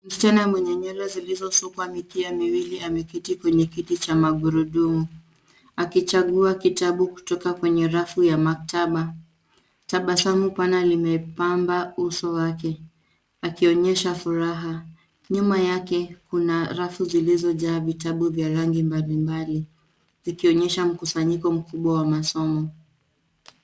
Msichana mwenye nywele zilizosukwa mikia miwili ameketi kwenye kiti cha magurudumu akichagua kitabu kutoka kwa rafu ya maktaba. Tabasamu pana limepamba uso wake akionyesha furaha. Nyuma yake kuna rafu zilizojaa vitabu vya rangi mbalimbali vikionyesha mkusanyiko mkubwa wa masomo.